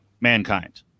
Mankind